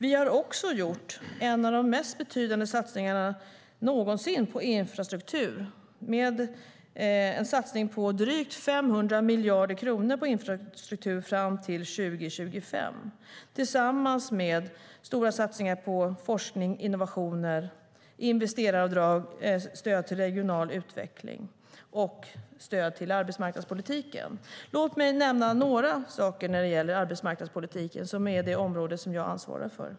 Vi har också gjort en av de mest betydande satsningarna någonsin på infrastruktur - drygt 500 miljarder kronor fram till 2025, tillsammans med stora satsningar på forskning, innovationer, investeraravdrag, stöd till regional utveckling och stöd till arbetsmarknadspolitiken. Låt mig nämna några saker när det gäller arbetsmarknadspolitiken som är det område som jag ansvarar för.